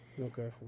Okay